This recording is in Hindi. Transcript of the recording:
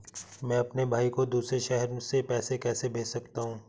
मैं अपने भाई को दूसरे शहर से पैसे कैसे भेज सकता हूँ?